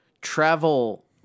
travel